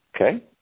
okay